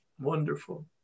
Wonderful